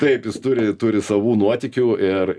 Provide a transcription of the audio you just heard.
taip jis turi turi savų nuotykių ir